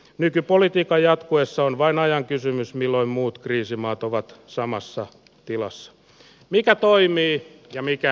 nykypolitiikka jatkuessa on vain ajan kysymys milloin muut kriisimaat ovat samassa tilassa mikä toimii ja mikä